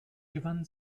gewann